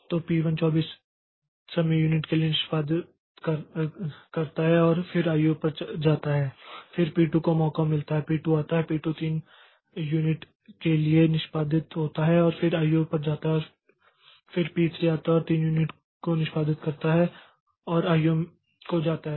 तो P1 24 समय unit के लिए निष्पादित करता है और फिर आईओ पर जाता है फिर P2 को मौका मिलता है P2 आता है P2 3 युनिट के लिए निष्पादित होता है और फिर आईओ पर जाता है और फिर P3 आता है और 3 युनिट को निष्पादित करता है और आईओ को जाता है